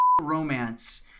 romance